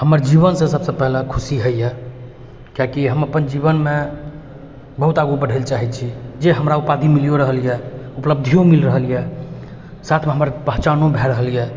हमर जीवनसँ सबसँ पहिले खुशी होइए कियाकि हम अपन जीवनमे बहुत आगू बढ़ै लए चाहे छी जे हमरा उपाधि मिलियो रहल यऽ उपलब्धियो मिलि रहल यऽ साथमे हमर पहचानो भए रहल यऽ